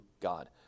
God